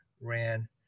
ran